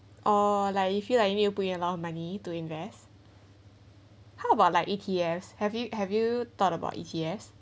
oo like you feel like you need to put in a lot of money to invest how about like E_T_S have you have you thought about E_T_S